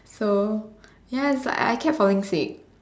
so yes but I I kept falling sick